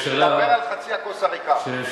דבר על חצי הכוס הריקה.